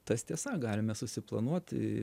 tas tiesa galime susiplanuot